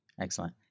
Excellent